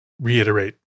reiterate